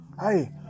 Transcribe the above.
Hey